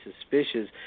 suspicious